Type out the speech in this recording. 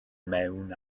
mewn